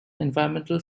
environmental